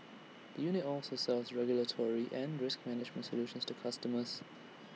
the unit also sells regulatory and risk management solutions to customers